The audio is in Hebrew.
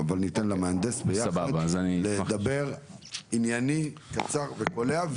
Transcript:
אבל ניתן למהנדס לדבר ענייני קצר וקולע,